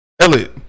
Elliot